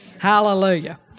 Hallelujah